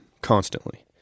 constantly